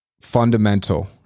fundamental